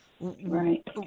right